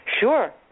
Sure